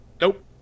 Nope